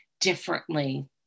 differently